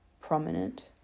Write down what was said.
prominent